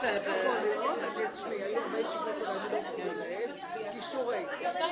מאחר וזה נושא כבד ועם השלכות תקציביות גדולות וניסוחיות,